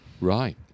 Right